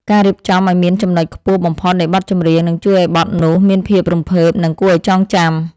ការរៀបចំឱ្យមានចំណុចខ្ពស់បំផុតនៃបទចម្រៀងនឹងជួយឱ្យបទនោះមានភាពរំភើប និង គួរឱ្យចងចាំ។